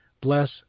bless